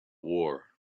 war